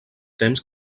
temps